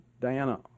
Diana